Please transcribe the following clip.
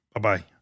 Bye-bye